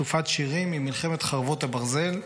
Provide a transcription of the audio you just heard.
אסופת שירים ממלחמת חרבות ברזל,